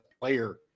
player